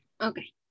Okay